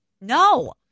No